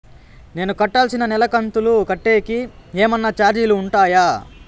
నేను కట్టాల్సిన నెల కంతులు కట్టేకి ఏమన్నా చార్జీలు ఉంటాయా?